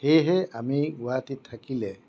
সেয়েহে আমি গুৱাহাটীত থাকিলে